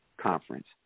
conference